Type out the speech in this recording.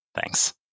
Thanks